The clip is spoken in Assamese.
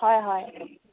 হয় হয়